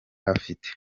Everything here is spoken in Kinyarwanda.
afite